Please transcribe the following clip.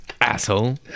Asshole